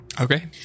Okay